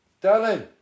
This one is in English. Darling